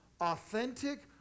authentic